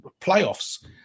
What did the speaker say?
Playoffs